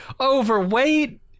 overweight